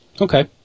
Okay